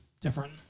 different